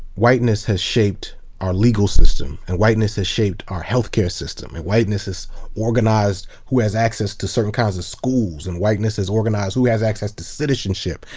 whiteness has shaped our legal system, and whiteness has shaped our healthcare system. and whiteness has organized who has access to certain kinds of schools, and whiteness has organized who has access to citizenship,